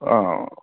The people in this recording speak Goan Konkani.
आं